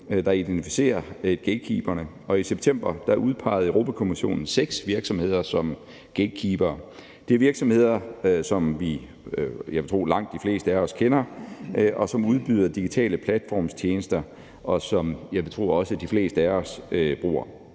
der identificerer gatekeeperne, og i september udpegede Europa-Kommissionen seks virksomheder som gatekeepere. Det er virksomheder, som jeg vil tro langt de fleste af os kender, der udbyder digitale platformstjenester, som jeg også vil tro de fleste af os bruger.